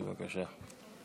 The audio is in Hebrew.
בבקשה.